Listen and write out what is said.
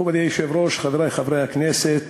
מכובדי היושב-ראש, חברי חברי הכנסת,